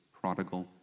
prodigal